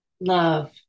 love